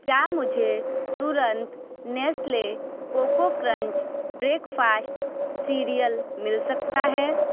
क्या मुझे तुरंत Nestle coco crunch breakfast cereal मिल सकता है